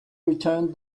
returned